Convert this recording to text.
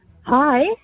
Hi